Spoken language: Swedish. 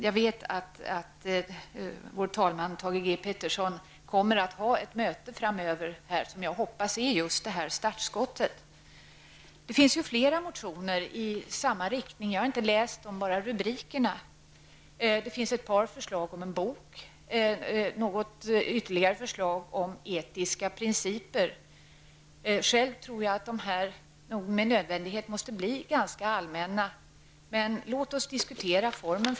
Jag vet att vår talman, Thage G Peterson, kommer att ha ett möte framöver som jag hoppas är just detta startskott. Det finns flera motioner i samma riktning. Jag har inte läst dem, utan bara sett rubrikerna. Det finns ett par förslag om en bok, något ytterligare förslag om etiska principer. Själv tror jag att dessa med nödvändighet måste bli ganska allmänna. Men låt oss diskutera formen.